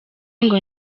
ngo